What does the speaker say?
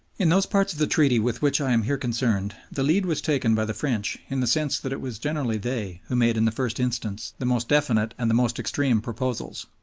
in those parts of the treaty with which i am here concerned, the lead was taken by the french, in the sense that it was generally they who made in the first instance the most definite and the most extreme proposals.